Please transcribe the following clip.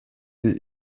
die